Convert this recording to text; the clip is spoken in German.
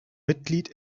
mitglied